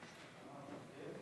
ההצעה להעביר את